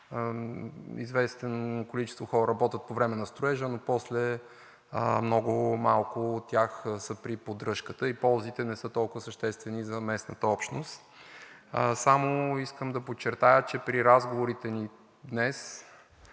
известно количество хора работят по време на строежа, но после много малко от тях са при поддръжката и ползите не са толкова съществени за местната общност. Само искам да подчертая, че при разговорите ни днес